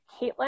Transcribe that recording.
Caitlin